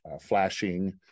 flashing